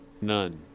None